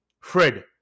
Fred